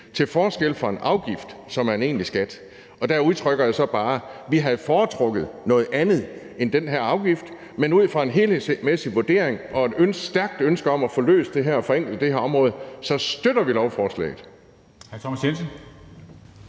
til forskel fra en afgift, som er en egentlig skat. Der udtrykker jeg så bare, at vi jo havde foretrukket noget andet end den her afgift, men ud fra en helhedsmæssig vurdering og et stærkt ønske om at få løst det og få forenklet det her område støtter vi lovforslaget.